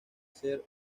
ser